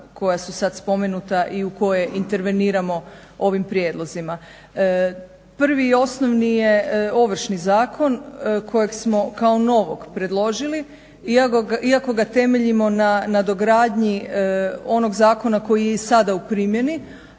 koja su sada spomenuta i u koje interveniramo ovim prijedlozima. Prvi i osnovni je Ovršni zakon kojeg smo kao novog predložili, iako ga temeljimo na nadogradnji onog zakona koji je i sada u primjeni,